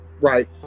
right